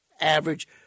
average